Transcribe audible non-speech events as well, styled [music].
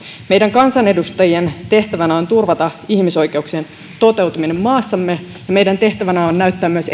meidän kansanedustajien tehtävänä on turvata ihmisoikeuksien toteutuminen maassamme ja meidän tehtävänämme on myös [unintelligible]